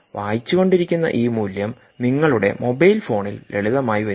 വായിച്ചുകൊണ്ടിരിക്കുന്ന ഈ മൂല്യം നിങ്ങളുടെ മൊബൈൽ ഫോണിൽ ലളിതമായി വരും